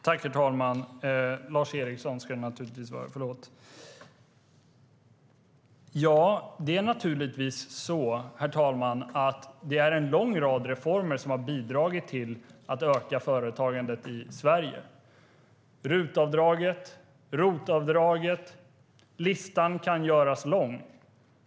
Herr talman! Det är naturligtvis en lång rad reformer som har bidragit till att öka företagandet i Sverige. Det är RUT-avdraget och ROT-avdraget - listan kan göras lång.